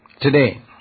today